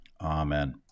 Amen